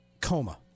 coma